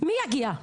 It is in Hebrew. מי יגיע?